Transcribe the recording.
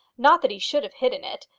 not that he should have hidden it,